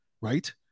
right